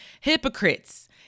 Hypocrites